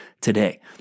today